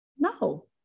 No